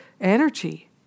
energy